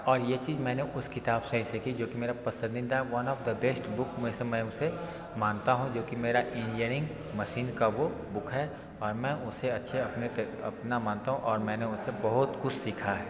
और ये चीज़ मैंने उस किताब से ऐसे की जो कि मेरा पसंदीदा one of the best book में से मैं उसे मानता हूँ जो कि मेरा इंजीनियरिंग मसीन का वो बुक है और मैं उसे अच्छे अपना मानता हूँ और मैंने उससे बहुत कुछ सीखा है